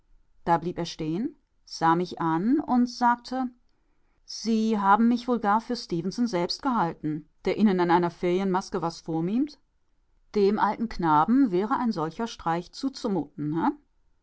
da blieb er stehen sah mich an und sagte sie haben mich wohl gar für stefenson selbst gehalten der ihnen in einer ferienmaske was vormimt dem alten knaben wäre ein solcher streich zuzumuten